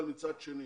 מצד שני